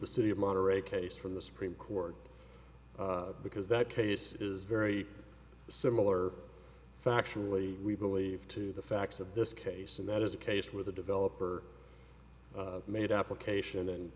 the city of monterrey case from the supreme court because that case is very similar factually we believe to the facts of this case and that is a case where the developer made up location and